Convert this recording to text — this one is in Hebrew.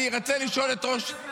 אני רוצה לשאול את ראש --- חברת הכנסת